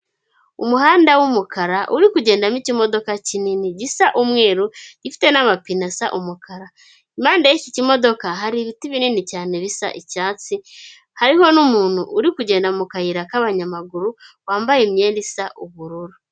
Umuhanda w'umukara uri kugendamo ikimodoka kinini gisa umweru, giifite n'amapine asa umukara, impande y'iki kimodoka hari ibiti binini cyane bisa icyatsi, hariho umuntu uri kugenda mu kayira k'abanyamaguru, wambaye imyenda isa ubururu.